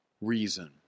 reason